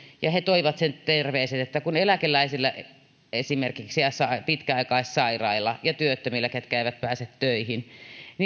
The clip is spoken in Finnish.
ja he toivat terveiset että esimerkiksi eläkeläiset ja pitkäaikaissairaat ja työttömät ketkä eivät pääse töihin